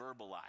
verbalize